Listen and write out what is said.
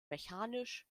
mechanisch